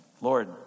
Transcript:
Lord